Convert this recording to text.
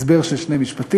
הסבר של שני משפטים.